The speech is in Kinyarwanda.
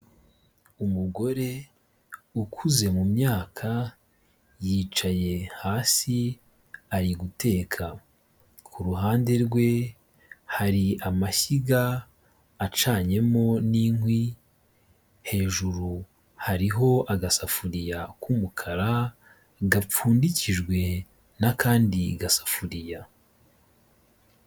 Umugore ukuze mu myaka, yicaye hasi, ari guteka, ku ruhande rwe hari amashyiga acanyemo n'inkwi, hejuru hariho agasafuriya k'umukara gapfundikijwe n'akandi gasafuriya.